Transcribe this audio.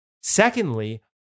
Secondly